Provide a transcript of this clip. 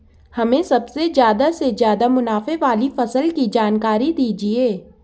हमें सबसे ज़्यादा से ज़्यादा मुनाफे वाली फसल की जानकारी दीजिए